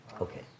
Okay